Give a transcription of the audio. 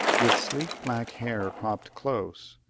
with sleek black hair cropped close,